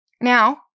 Now